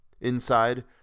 Inside